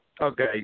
Okay